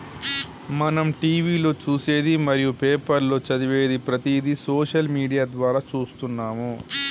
మనం టీవీలో చూసేది మరియు పేపర్లో చదివేది ప్రతిదీ సోషల్ మీడియా ద్వారా చూస్తున్నాము